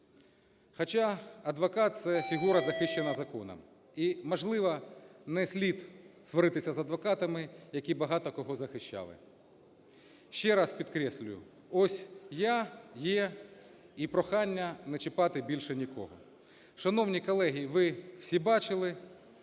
хоча адвокат – це фігура, захищена законом і, можливо, не слід сваритися із адвокатами, які багато кого захищали. Ще раз підкреслюю, ось я є і прохання не чіпати більше нікого. Шановні колеги, ви всі бачили